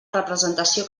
representació